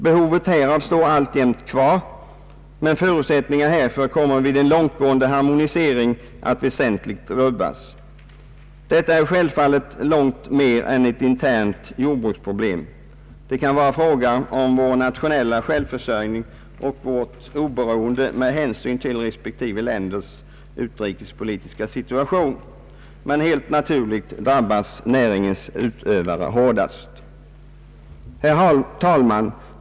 Behovet härav står alltjämt kvar, men förutsättningarna härför kommer vid en långtgående harmonisering att väsentligt rubbas. Detta är självfallet långt mer än ett internt jordbruksproblem. Det kan vara fråga om vår nationella självförsörjning och vårt oberoende med hänsyn till respektive länders utrikespolitiska situation, men helt naturligt drabbas näringens utövare hårdast. Herr talman!